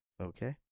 Okay